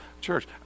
church